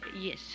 Yes